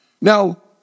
Now